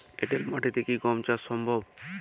এঁটেল মাটিতে কি গম চাষ সম্ভব?